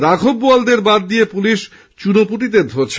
রাঘব বোয়ালদের বাদ দিয়ে পুলিশ চুনোপুঁটিদের ধরছে